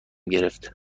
گرفت